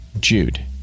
Jude